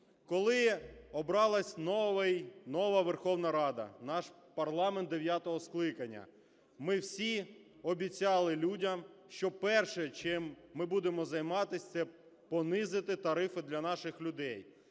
коли обралась нова Верховна Рада, наш парламент дев'ятого скликання, ми всі обіцяли людям, що перше, чим ми будемо займатися, це понизити тарифи для наших людей.